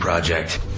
Project